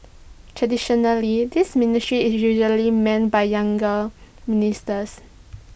traditionally this ministry is usually manned by younger ministers